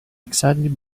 excited